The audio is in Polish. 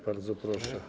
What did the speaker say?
Bardzo proszę.